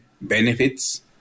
benefits